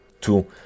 two